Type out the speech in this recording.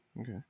Okay